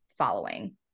following